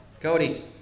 Cody